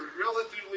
relatively